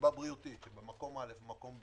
מסיבה בריאותית במקום זה או אחר לעצור,